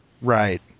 Right